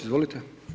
Izvolite.